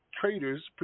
traders